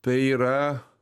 tai yra